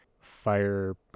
fire